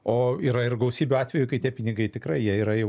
o yra ir gausybių atvejų kai tie pinigai tikrai jie yra jau